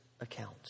account